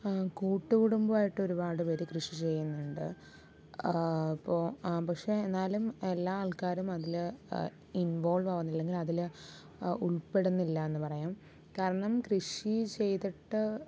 കൂട്ടുകുടുംബം ആയിട്ട് ഒരുപാട് പേര് കൃഷി ചെയ്യുന്നുണ്ട് അപ്പോൾ ആ പക്ഷെ എന്നാലും എല്ലാ ആൾക്കാരും അതില് ഇൻവോൾവാവുന്നില്ലെങ്കിൽ അതില് ഉൾപ്പെടുന്നില്ലാന്ന് പറയാം കാരണം കൃഷി ചെയ്തിട്ട്